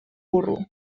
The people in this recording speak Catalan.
burro